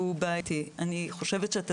אני אומרת שאנחנו משקיעים בדבר הזה.